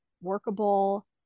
workable